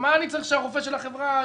מה אני צריך שהרופא של החברה יבקר?